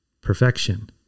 perfection